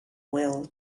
well